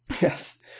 Yes